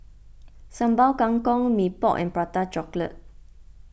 Sambal Kangkong Mee Pok and Prata Chocolate